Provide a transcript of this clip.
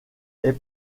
est